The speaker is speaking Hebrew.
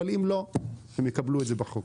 אבל אם לא הם יקבלו את זה בחוק.